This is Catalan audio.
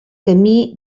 camí